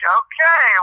okay